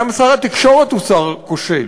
גם שר התקשורת הוא שר כושל.